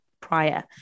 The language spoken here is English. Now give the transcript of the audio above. prior